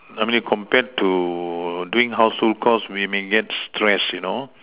I mean compared to doing household chores we may get stressed you know